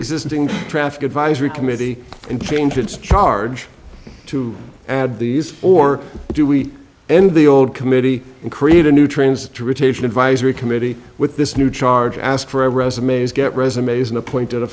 existing traffic advisory committee and change its charge to add these or do we end the old committee and create a new trans to retain an advisory committee with this new charge ask for resumes get resumes an appointed a